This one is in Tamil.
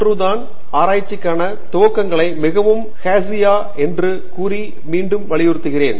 டங்கிராலா உண்மையில் ஆண்ட்ரூ தான் ஆராய்ச்சிக்கான துவக்கங்கள் மிகவும் ஹஸ்ய் என்று கூறியதை மீண்டும் வலியுறுத்துகிறேன்